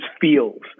feels